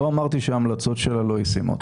לא אמרתי שההמלצות שלה לא ישימות.